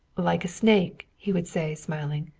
like a snake, he would say, smiling.